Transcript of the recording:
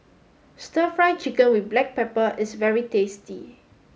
stir fry chicken with black pepper is very tasty